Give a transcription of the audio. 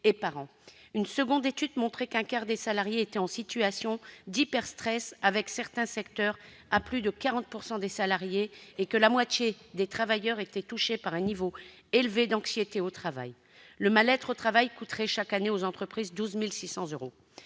et par an. Une seconde étude montrait qu'un quart des salariés était en situation d'hyperstress- cela pouvait concerner plus de 40 % d'entre eux dans certains secteurs -et que la moitié des travailleurs étaient touchés par un niveau élevé d'anxiété au travail. Le mal-être au travail coûterait chaque année aux entreprises 12 600 euros.